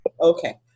Okay